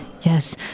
Yes